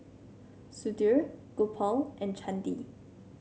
Sudhir Gopal and Chandi